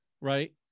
Right